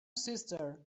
sister